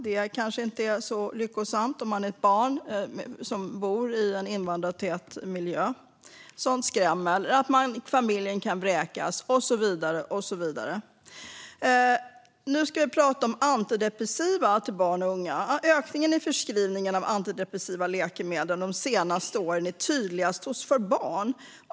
Det är kanske inte så lyckosamt för ett barn som bor i en invandrartät miljö. Sådant skrämmer. Familjen kan vräkas och så vidare. Nu ska jag prata om antidepressiva läkemedel till barn och unga. Ökningen av förskrivningen av antidepressiva läkemedel de senaste åren är tydligast för barn.